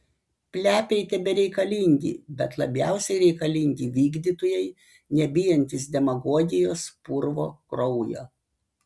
plepiai tebereikalingi bet labiausiai reikalingi vykdytojai nebijantys demagogijos purvo kraujo